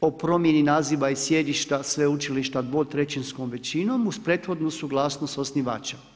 o promjeni naziva i sjedišta sveučilišta 2/3 većinom uz prethodnu suglasnost s osnivačem.